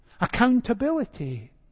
accountability